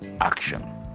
action